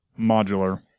modular